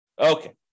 Okay